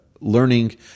learning